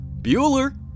Bueller